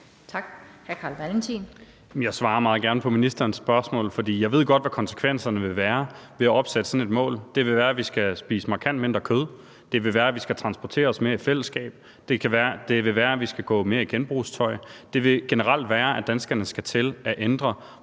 jeg svarer meget gerne på ministerens spørgsmål, for jeg ved godt, hvad konsekvenserne vil være ved at sætte sådan et mål. Det vil være, at vi skal spise markant mindre kød. Det vil være, at vi skal transportere os mere i fællesskab. Det vil være, at vi skal gå mere i genbrugstøj. Det vil generelt være, at danskerne skal til at ændre